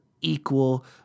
equal